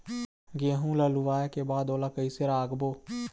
गेहूं ला लुवाऐ के बाद ओला कइसे राखबो?